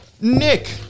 Nick